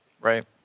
Right